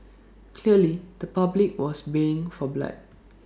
clearly the public was baying for blood